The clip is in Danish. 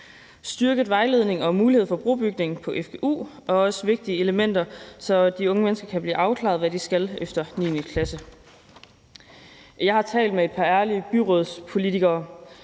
Styrket vejledning og mulighed for brobygning på fgu er også vigtige elementer, så de unge mennesker kan blive afklaret med, hvad de skal efter 9. klasse. Jeg har talt med et par ærlige byrådspolitikere,